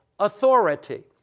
Authority